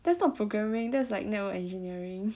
that's not programming that's like network engineering